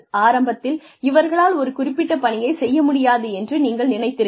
ஆரம்பத்தில் இவர்களால் ஒரு குறிப்பிட்ட பணியை செய்ய முடியாது என்று நீங்கள் நினைத்திருக்கலாம்